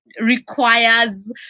requires